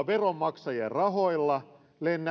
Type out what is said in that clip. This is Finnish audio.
veronmaksajien rahoilla